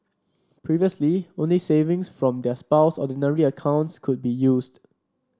previously only savings from their spouse's Ordinary accounts could be used